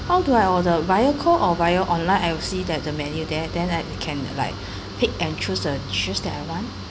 how do I order via call or via online I will see that the menu there then I can like pick and choose uh choose that I want